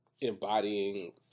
embodying